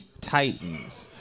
Titans